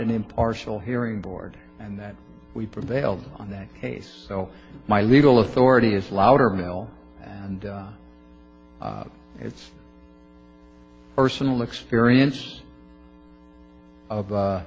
an impartial hearing board and that we prevailed on that case so my legal authority is louder mel and it's personal experience of